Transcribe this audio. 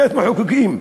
בית-מחוקקים,